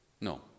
no